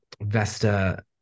vesta